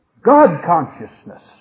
God-consciousness